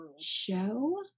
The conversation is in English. show